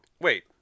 wait